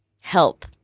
help